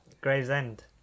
Gravesend